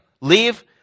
Leave